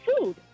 food